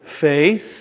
faith